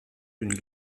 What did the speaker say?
d’une